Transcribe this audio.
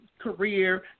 career